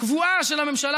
בתל אביב,